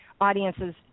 audiences